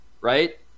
right